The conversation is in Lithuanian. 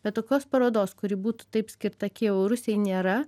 bet tokios parodos kuri būtų taip skirta kijevo rusiai nėra